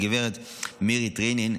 הגברת מירי טריינין,